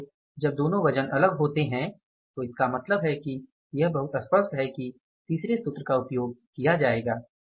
इसलिए जब दोनों वज़न अलग होते हैं तो इसका मतलब है कि यह बहुत स्पष्ट है कि तीसरे सूत्र का उपयोग किया जाएगा